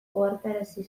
ohartarazi